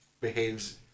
behaves